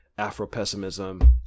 afro-pessimism